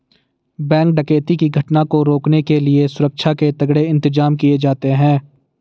bank डकैती की घटना को रोकने के लिए सुरक्षा के तगड़े इंतजाम किए जाते हैं